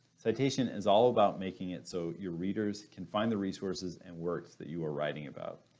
citation is all about making it so your readers can find the resources and works that you are writing about.